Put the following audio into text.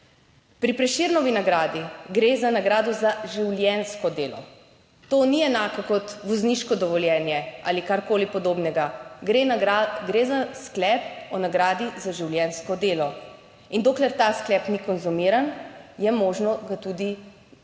Pri Prešernovi nagradi gre za nagrado za življenjsko delo to ni enako kot vozniško dovoljenje ali karkoli podobnega. Gre, gre za sklep o nagradi za življenjsko delo in dokler ta sklep ni konzumiran, je možno ga tudi izvršiti,